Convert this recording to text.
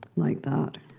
like that,